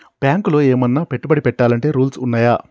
బ్యాంకులో ఏమన్నా పెట్టుబడి పెట్టాలంటే రూల్స్ ఉన్నయా?